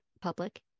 public